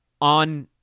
On